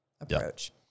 approach